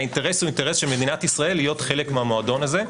האינטרס הוא אינטרס של מדינת ישראל להיות חלק מהמועדון הזה,